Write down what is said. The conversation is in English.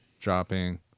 dropping